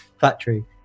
factory